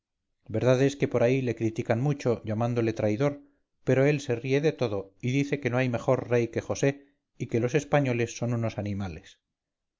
lindamente verdad es que por ahí le critican mucho llamándole traidor pero él se ríe de todo y dice que no hay mejor rey que josé y que los españoles son unos animales